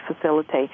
facilitate